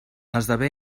esdevé